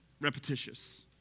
repetitious